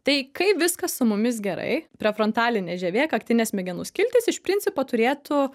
tai kaip viskas su mumis gerai prefrontalinė žievė kaktinės smegenų skiltys iš principo turėtų